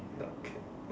wild cat